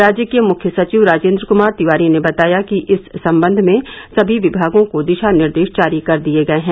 राज्य के मुख्य सचिव राजेन्द्र क्मार तिवारी ने बताया कि इस संबंध में सभी विभागों को दिशा निर्देश जारी कर दिये गये हैं